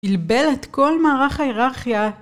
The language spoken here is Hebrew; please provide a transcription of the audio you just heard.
בלבל את כל מערך ההיררכיה